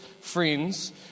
friends